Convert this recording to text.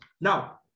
now